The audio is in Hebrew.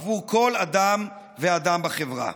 עבור כל אדם ואדם בחברה.